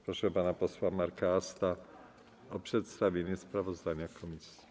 Proszę pana posła Marka Asta o przedstawienie sprawozdania komisji.